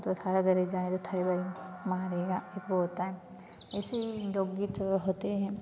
तु तो थारा गरी जाएँ रे थई वई मारेगा एक वो होता है ऐसे ही लोक गीत जो होते हैं